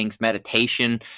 meditation